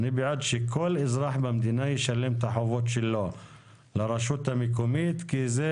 שכל אזרח במדינה ישלם את החובות שלו לרשות המקומית כי זו